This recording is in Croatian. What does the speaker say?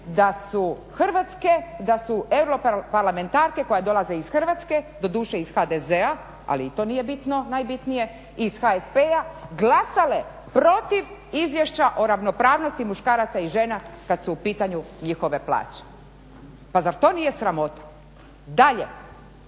da su hrvatske, da su europarlamentarke koje dolaze iz Hrvatske, doduše iz HDZ-a ali i to nije bitno, najbitnije, iz HSP-a glasale protiv Izvješća o ravnopravnosti muškaraca i žena kad su u pitanju njihove plaće. Pa zar to nije sramota? Dalje,